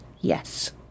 Yes